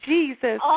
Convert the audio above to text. Jesus